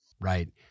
Right